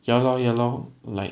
ya lor ya lor like